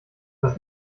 das